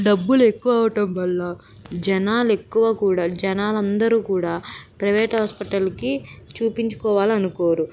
డబ్బులు ఎక్కువ అవ్వటం వల్ల జనాల ఎక్కువ కూడా జనాలందరూ కూడా ప్రైవేట్ హాస్పిటల్కి చూపించుకోవాలనుకోరు